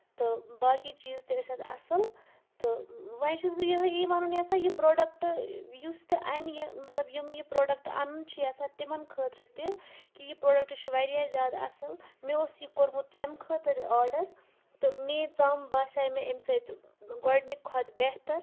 تہٕ باقٕے چیٖز تہِ ٲسۍ اَتھ اَصٕل تہٕ وۄنۍ چھَس بہٕ یَژھان یہِ وَنُن یَژھان یہِ پروڈکٹ یُس تہِ اَنہِ یہِ مطلب یِم یہِ پروڈکٹ اَنُن چھِ یَژھان تِمن خٲطرٕ تہِ کہِ یہِ پروڈکٹ چھُ واریاہ زیادٕ اَصٕل مےٚ اوس یہِ کوٚرمُت ژَمہِ خٲطرٕ آرڈر تہٕ میٲنۍ ژَم باسیے مےٚ اَمہِ سۭتۍ گۄڈٕنِکۍ کھۄتہٕ بہتر